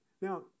Now